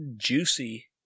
juicy